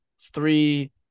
three